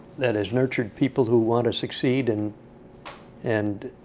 that has nurtured people who want to succeed, and and